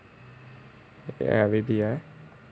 ya maybe ah